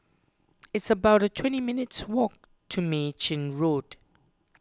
it's about twenty minutes' walk to Mei Chin Road